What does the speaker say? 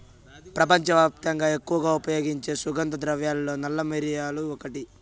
ప్రపంచవ్యాప్తంగా ఎక్కువగా ఉపయోగించే సుగంధ ద్రవ్యాలలో నల్ల మిరియాలు ఒకటి